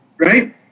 right